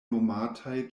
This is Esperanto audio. nomataj